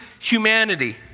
humanity